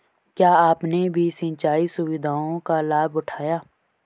क्या आपने भी सिंचाई सुविधाओं का लाभ उठाया